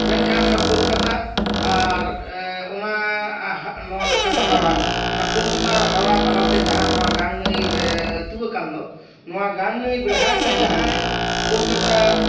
ᱢᱮᱱᱠᱷᱟᱱ ᱚᱱᱟ ᱠᱳᱞᱠᱟᱛᱟ ᱟᱨ ᱚᱱᱟ ᱟᱦᱟᱜ ᱱᱚᱣᱟ ᱱᱟᱠᱷᱟ ᱫᱚ ᱦᱟᱣᱲᱟ ᱚᱱᱟ ᱠᱳᱞᱠᱟᱛᱟ ᱟᱨ ᱦᱟᱣᱲᱟ ᱛᱟᱞᱟᱛᱮ ᱡᱟᱦᱟᱸ ᱱᱚᱣᱟ ᱜᱟᱝ ᱱᱟᱹᱭᱻ ᱟᱹᱛᱩᱣᱟᱠᱟᱱ ᱫᱚ ᱱᱚᱣᱟ ᱜᱟᱝ ᱱᱟᱹᱭ ᱵᱮᱲᱦᱟᱭ ᱛᱮ ᱡᱟᱦᱟᱸᱭ ᱠᱳᱞᱠᱟᱛᱟ